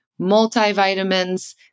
multivitamins